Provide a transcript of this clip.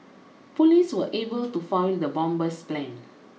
police were able to foil the bomber's plan